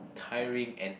tiring and